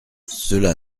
cela